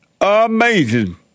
Amazing